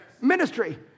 Ministry